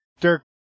Dirk